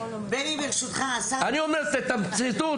אני אומר תתמצתו,